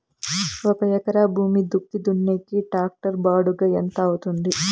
ఒక ఎకరా భూమి దుక్కి దున్నేకి టాక్టర్ బాడుగ ఎంత అవుతుంది?